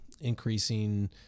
increasing